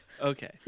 Okay